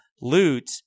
loot